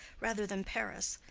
rather than paris.